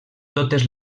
totes